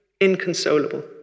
inconsolable